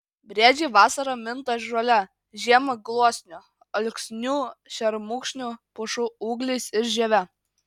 briedžiai vasarą minta žole žiemą gluosnių alksnių šermukšnių pušų ūgliais ir žieve